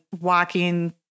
walking